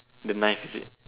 the knife is it